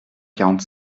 quarante